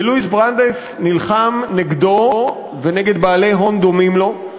ולואיס ברנדייס נלחם נגדו ונגד בעלי הון דומים לו,